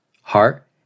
heart